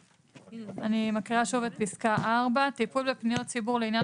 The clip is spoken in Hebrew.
אני מקריאה שוב את פסקה 4. "(4)טיפול בפניות ציבור לעניין